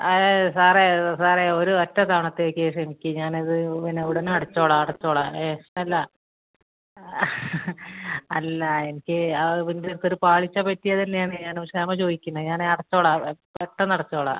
ആ സാറേ സാറേ ഒര് ഒറ്റ തവണത്തേക്ക് ക്ഷമിക്ക് ഞാനത് പിന്നെ ഉടനെ അടച്ചോളാം അടച്ചോളാം അല്ല അല്ല എനിക്ക് ആ എനിക്കൊരു പാളിച്ച പറ്റിയത് തന്നെയാണ് ഞാന് ക്ഷമ ചോദിക്കുന്ന് ഞാന് അടച്ചോളാം പെട്ടെന്ന് അടച്ചോളാം